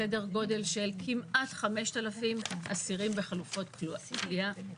סדר גודל של כמעט 5,000 אסירים בחלופות כליאה.